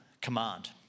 command